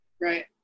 Right